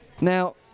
Now